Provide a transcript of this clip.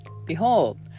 Behold